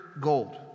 gold